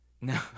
No